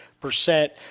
percent